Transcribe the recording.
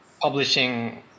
publishing